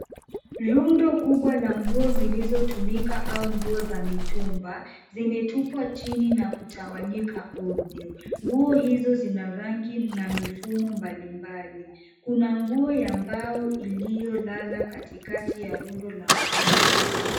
Rundo kubwa la nguo zilizotumika au nguo za mitumba, zimetupwa chini na kutawanyika ovyo. Nguo hizo zina rangi na mifumo mbalimbali. Kuna nguo ya mbao iliyolala katikati ya rundo la nguo.